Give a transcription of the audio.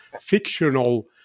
fictional